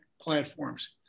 platforms